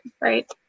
Right